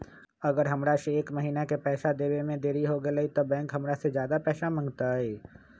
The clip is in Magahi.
अगर हमरा से एक महीना के पैसा देवे में देरी होगलइ तब बैंक हमरा से ज्यादा पैसा मंगतइ?